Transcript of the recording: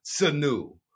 Sanu